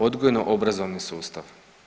Odgojno-obrazovni sustav.